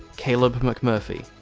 caleb mcmurphy,